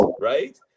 right